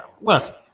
Look